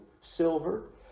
silver